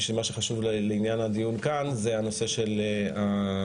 שמה שחשוב לעניין הדיון כאן זה הנושא של הטענה